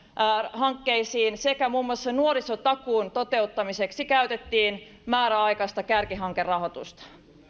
hankkeisiin sekä muun muassa nuorisotakuun toteuttamiseksi käytettiin määräaikaista kärkihankerahoitusta